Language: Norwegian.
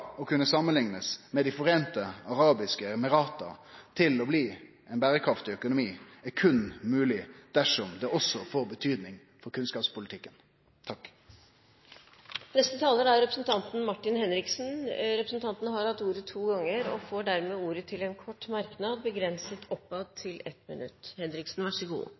å kunne samanliknast med Dei sameinte arabiske emirata til å bli ein berekraftig økonomi er berre mogleg dersom det også får betydning for kunnskapspolitikken. Martin Henriksen har hatt ordet to ganger tidligere og får ordet til en kort merknad, begrenset til 1 minutt. Representanten Asheims kreative sitatbruk begynner snart å bli så